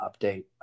update